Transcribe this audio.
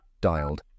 dialed